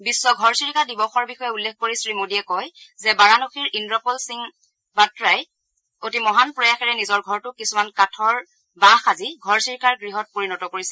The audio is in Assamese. বিশ্ব ঘৰচিৰিকা দিৱসৰ বিষয়ে উল্লেখ কৰি শ্ৰীমোডীয়ে কয় যে বাৰানসীৰ ইন্দ্ৰপল সিং বাটাই অতি মহান প্ৰয়াসেৰে নিজৰ ঘৰটোক কিছুমান কাঠৰ বাঁহ সাজি ঘৰচিৰিকাৰ গৃহত পৰিণত কৰিছে